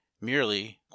merely